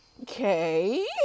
okay